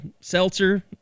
seltzer